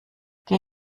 geh